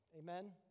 amen